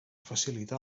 facilitar